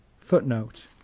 Footnote